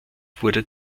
wurde